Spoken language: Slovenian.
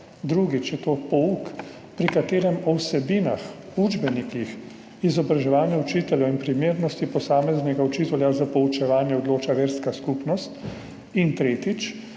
Drugič je to pouk, pri katerem o vsebinah, učbenikih, izobraževanjih učiteljev in primernosti posameznega učitelja za poučevanje odloča verska skupnost. In tretjič,